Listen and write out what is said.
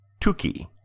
Tuki